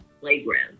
playground